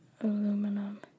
aluminum